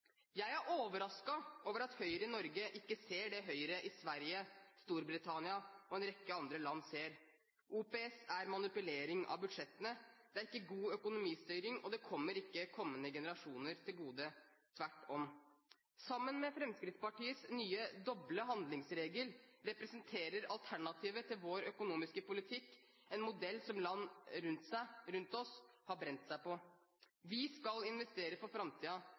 Jeg er overrasket over at Høyre i Norge ikke ser det høyre i Sverige, Storbritannia og en rekke andre land ser: OPS er manipulering av budsjettene, det er ikke god økonomistyring, og det kommer ikke kommende generasjoner til gode, tvert om. Sammen med Fremskrittspartiets nye, doble handlingsregel representerer alternativet til vår økonomiske politikk en modell som land rundt oss har brent seg på. Vi skal investere for